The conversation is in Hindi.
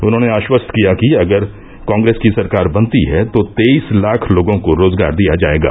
उन्होंने आष्वस्त किया कि अगर कॉग्रेस की सरकार बनती है तो तेईस लाख लोगो को रोजगार दिया जायेगा